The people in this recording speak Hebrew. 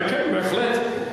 כן כן, בהחלט.